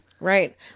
Right